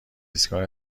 ایستگاه